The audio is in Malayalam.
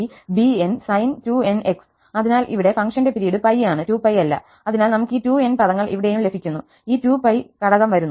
അതിനാൽ ഇവിടെ ഫംഗ്ഷന്റെ പിരീഡ് π ആണ് 2π അല്ല അതിനാൽ നമുക് ഈ 2n പദങ്ങൾ ഇവിടെയും ലഭിക്കുന്നു ഈ 2π ഘടകം വരുന്നു